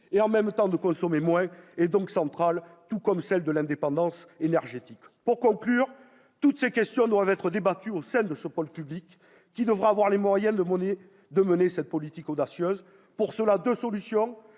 et, en même temps, du consommer moins est donc centrale, tout comme celle de l'indépendance énergétique. Pour conclure, toutes ces questions doivent être débattues au sein de ce pôle public, qui devra avoir les moyens de mener cette politique audacieuse. Pour cela deux solutions